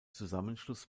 zusammenschluss